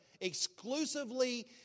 exclusively